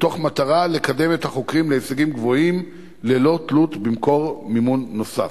במטרה לקדם את החוקרים להישגים גבוהים ללא תלות במקור מימון נוסף.